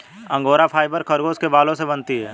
angora fibre खरगोश के बालों से बनती है